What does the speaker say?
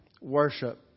worship